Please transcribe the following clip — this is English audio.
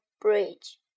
bridge